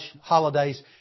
holidays